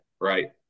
right